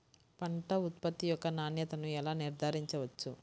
పంట ఉత్పత్తి యొక్క నాణ్యతను ఎలా నిర్ధారించవచ్చు?